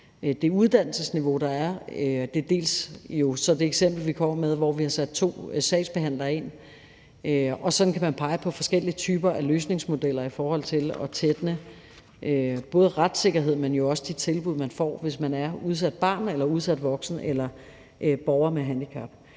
det uddannelsesniveau, der er, dels det eksempel, vi kommer med, hvor vi har sat to sagsbehandlere ind, og sådan kan der peges på forskellige typer af løsningsmodeller i forhold til at tætne retssikkerheden, men jo også forbedre de tilbud, man får, hvis man er udsat barn eller udsat voksen eller borger med handicap.